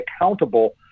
accountable